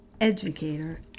educator